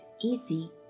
easy